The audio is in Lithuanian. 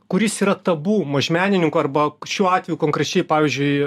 kuris yra tabu mažmenininkų arba šiuo atveju konkrečiai pavyzdžiui